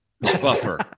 buffer